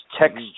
texture